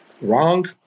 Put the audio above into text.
wrong